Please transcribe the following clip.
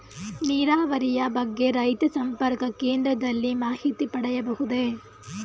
ನೀರಾವರಿಯ ಬಗ್ಗೆ ರೈತ ಸಂಪರ್ಕ ಕೇಂದ್ರದಲ್ಲಿ ಮಾಹಿತಿ ಪಡೆಯಬಹುದೇ?